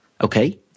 okay